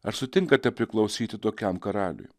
ar sutinkate priklausyti tokiam karaliui